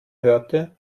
hörte